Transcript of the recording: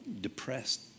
depressed